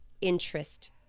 interest